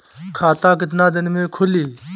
खाता कितना दिन में खुलि?